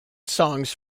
songs